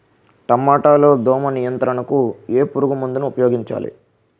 టమాటా లో దోమ నియంత్రణకు ఏ పురుగుమందును ఉపయోగించాలి?